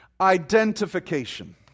identification